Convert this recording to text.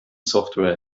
software